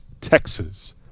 Texas